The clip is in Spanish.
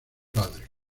padre